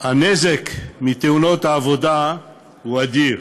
הנזק מתאונות עבודה הוא אדיר.